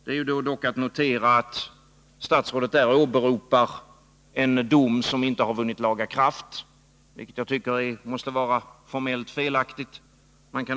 Det är dock att notera att statsrådet där åberopar en dom som inte har vunnit laga kraft, vilket måste vara formellt felaktigt.